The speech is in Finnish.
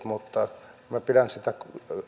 mutta minä pidän sitä